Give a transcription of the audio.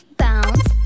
bounce